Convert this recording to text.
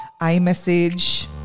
iMessage